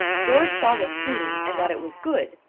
george saw the scheme, and that it was good.